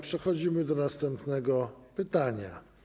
Przechodzimy do następnego pytania.